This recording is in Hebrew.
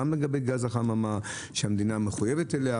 גם לגבי גז החממה שהמדינה מחויבת לכך,